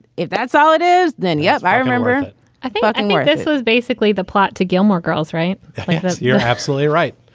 if that's all it is, then yes i remember i ah and where this so is basically the plot to gilmore girls. right you're absolutely right.